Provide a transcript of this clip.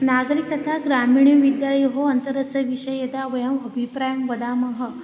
नागरिकः तथा ग्रामीणविद्यालयोः अन्तरस्य विषये यदा वयम् अभिप्रायं वदामः